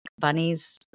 bunnies